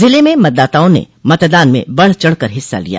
जिलें में मतदाताओं ने मतदान में बड़ चढ़कर हिस्सा लिया